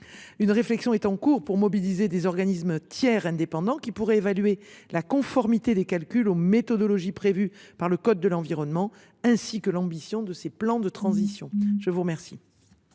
Une réflexion est en cours pour mobiliser des organismes tiers indépendants qui pourraient évaluer la conformité des calculs aux méthodologies prévue par le code de l’environnement, ainsi que l’ambition de ces plans de transition. La parole